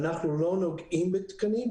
אנחנו לא נוגעים בתקנים.